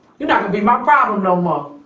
you're not gonna be my problem no more.